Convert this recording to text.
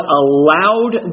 allowed